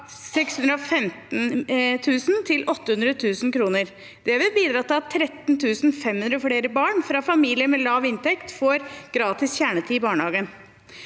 615 000 kr til 800 000 kr. Det vil bidra til at 13 500 flere barn fra familier med lav inntekt får gratis kjernetid i barnehagen.